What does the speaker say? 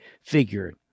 figure